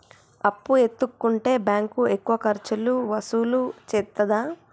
అప్పు ఎత్తుకుంటే బ్యాంకు ఎక్కువ ఖర్చులు వసూలు చేత్తదా?